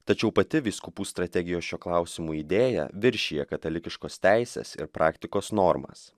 tačiau pati vyskupų strategijos šiuo klausimu idėja viršija katalikiškos teisės ir praktikos normas